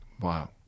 Wow